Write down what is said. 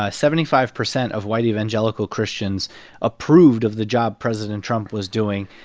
ah seventy five percent of white evangelical christians approved of the job president trump was doing.